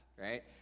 right